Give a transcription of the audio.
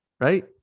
Right